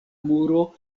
muro